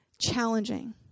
challenging